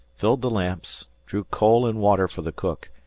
filled the lamps, drew coal and water for the cook,